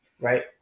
right